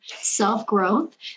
self-growth